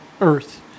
earth